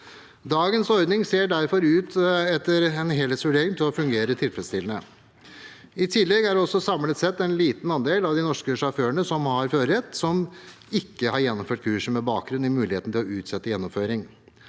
Dagens ordning ser derfor etter en helhetsvurdering ut til å fungere tilfredsstillende. I tillegg er det også samlet sett en liten andel av de norske sjåførene som har førerrett som ikke har gjennomført kurset, med bakgrunn i mulighetene til å utsette gjennomføring.